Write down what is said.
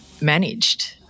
managed